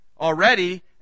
already